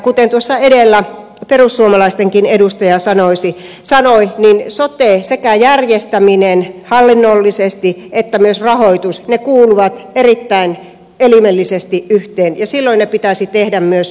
kuten tuossa edellä perussuomalaistenkin edustaja sanoi sekä soten järjestäminen hallinnollisesti että myös sen rahoitus kuuluvat erittäin elimellisesti yhteen ja silloin ne pitäisi tehdä myös yhdessä